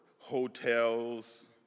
hotels